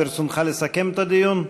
ברצונך לסכם את הדיון?